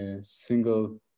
single